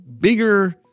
bigger